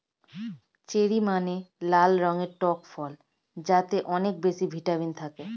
cherry মানে লাল রঙের টক ফল যাতে অনেক বেশি ভিটামিন থাকে